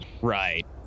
right